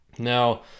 Now